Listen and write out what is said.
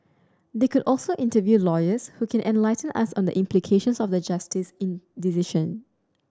they could also interview lawyers who can enlighten us on the implications of the Justice's in decision